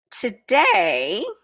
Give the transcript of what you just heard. Today